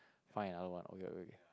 find out what okay wait